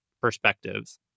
perspectives